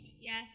Yes